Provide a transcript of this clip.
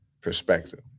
perspective